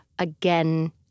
again